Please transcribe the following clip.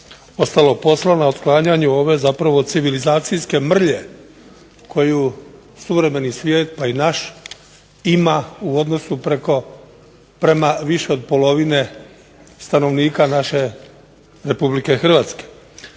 ostalo posla na otklanjanju ove zapravo civilizacijske mrlje koju suvremeni svijet pa i naš ima u odnosu prema više od polovine stanovnika naše Republike Hrvatske.